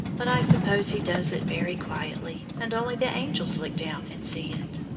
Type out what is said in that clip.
but i suppose he does it very quietly, and only the angels look down and see it!